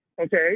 Okay